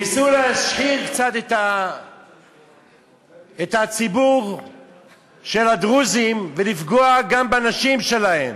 ניסו להשחיר קצת את הציבור של הדרוזים ולפגוע גם בנשים שלהם,